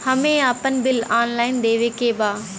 हमे आपन bill online देखे के बा?